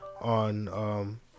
on